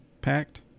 packed